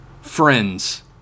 Friends